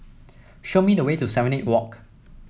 show me the way to Serenade Walk